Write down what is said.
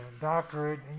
Doctorate